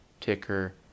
ticker